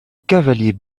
cavalier